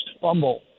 fumble